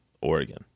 Oregon